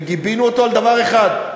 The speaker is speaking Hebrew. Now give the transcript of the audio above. וגיבינו אותו על דבר אחד,